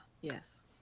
yes